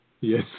yes